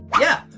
yeah.